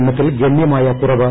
എണ്ണത്തിൽ ഗണ്യമായ കുറവ്